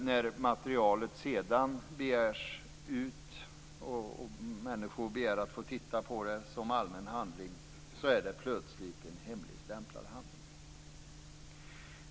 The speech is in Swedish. När materialet sedan begärs ut, när människor begär att få titta på det som allmän handling, så är det plötsligt en hemligstämplad handling.